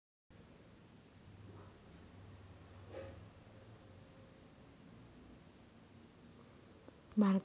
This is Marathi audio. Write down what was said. भारताच्या शेतीला हातभार लावणारी कृषी व्यवस्था म्हणजे उपजीविका शेती सेंद्रिय शेती औद्योगिक शेती